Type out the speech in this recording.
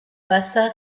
passa